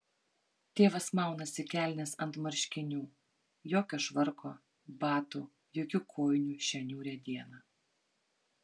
tėvas maunasi kelnes ant marškinių jokio švarko batų jokių kojinių šią niūrią dieną